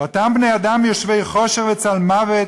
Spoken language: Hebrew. אותם בני-אדם יושבי חושך וצלמוות,